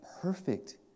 perfect